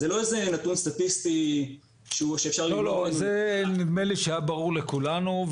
זה לא איזה נתון סטטיסטי שאפשר --- זה נדמה לי שהיה ברור לכולנו,